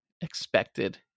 expected